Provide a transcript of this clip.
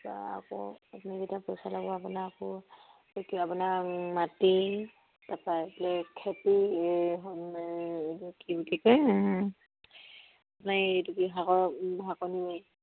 তাৰপৰা আকৌ আপুনি যেতিয়া পইচা ল'ব আপোনাৰ আকৌ আপোনাৰ মাটি তাৰপৰা এইফালে খেতি এই এইটো কি বুলি কয় আপোনাৰ এইটো কি শাকৰ শাকনিবাৰী